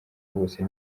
bose